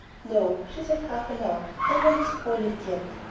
no, she said half aloud, i won't spoil it yet.